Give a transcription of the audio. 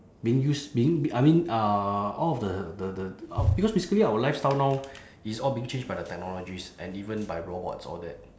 being used being I mean uh all of the the the because basically our lifestyle now is all being changed by the technologies and even by robots all that